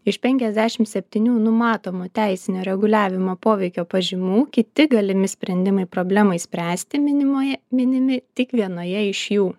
iš penkiasdešim septynių numatomų teisinio reguliavimo poveikio pažymų kiti galimi sprendimai problemai spręsti minimoje minimi tik vienoje iš jų